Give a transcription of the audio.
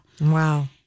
Wow